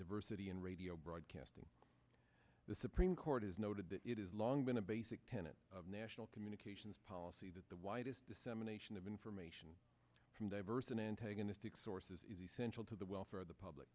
diversity in radio broadcasting the supreme court has noted that it is long been a basic tenet of national communications policy that the widest dissemination of information from diverse and antagonistic sources is essential to the welfare of the public